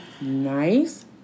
nice